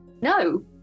No